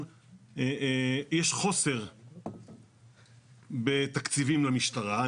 חוסר בתקציבים למשטרה.